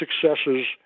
successes